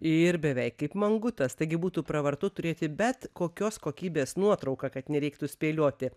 ir beveik kaip mangutas taigi būtų pravartu turėti bet kokios kokybės nuotrauką kad nereiktų spėlioti